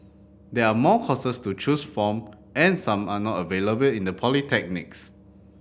there are more courses to choose from and some are not available in the polytechnics